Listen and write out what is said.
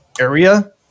area